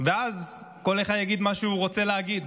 ואז כל אחד יגיד מה שהוא רוצה להגיד.